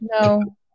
No